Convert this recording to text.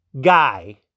guy